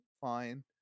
fine